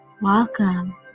Welcome